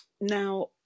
Now